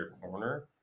corner